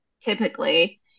typically